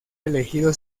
elegido